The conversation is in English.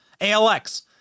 ALX